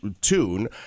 tune